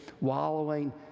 wallowing